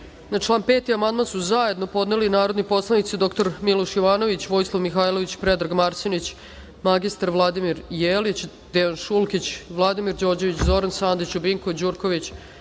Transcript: član 5. amandman su zajedno podneli narodni poslanici dr Miloš Jovanović, Vojislav Mihailović, Predrag Marsenić, mr Vladimir Jelić, Dejan Šulkić, Vladimir Đorđević, Zoran Sandić, Ljubinko Đurković,